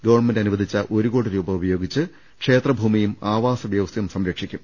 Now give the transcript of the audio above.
government അനുവദിച്ച ഒരു കോടി രൂപ ഉപയോഗിച്ചു ക്ഷേത്രഭൂമിയും ആവാസവ്യവസ്ഥയും സംരക്ഷിക്കും